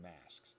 masks